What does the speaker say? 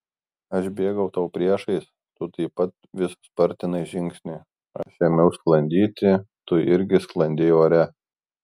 aš bėgau tau priešais tu taip pat vis spartinai žingsnį aš ėmiau sklandyti tu irgi sklandei ore